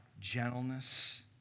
Gentleness